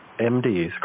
MDs